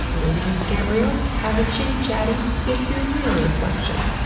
maybe just get real, have a chitty-chatty with your mirror reflection.